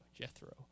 Jethro